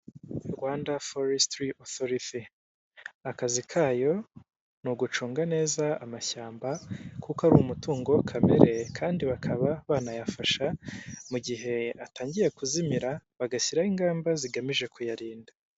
RWANDA FORESTRY AUTHORITY, akazi kayo ni ugucunga neza amashyamba, kuko ari umutungo kamere, kandi bakaba banayafasha mu gihe atangiye kuzimira, bagashyiraho ingamba zigamije kuyarinda.